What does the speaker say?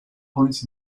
points